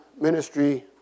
ministry